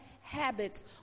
habits